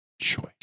choice